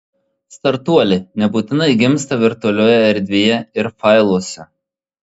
startuoliai nebūtinai gimsta virtualioje erdvėje ir failuose